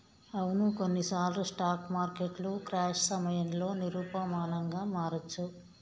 అవును కొన్నిసార్లు స్టాక్ మార్కెట్లు క్రాష్ సమయంలో నిరూపమానంగా మారొచ్చు